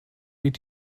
hielt